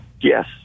Yes